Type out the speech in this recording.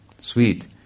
Sweet